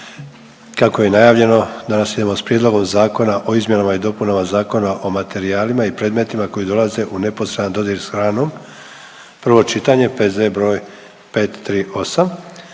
kako je i najavljeno danas idemo sa - Prijedlog zakona o izmjenama i dopunama Zakona o materijalima i predmetima koji dolaze u neposredni dodir sa hranom, prvo čitanje, P.Z.E. br. 538.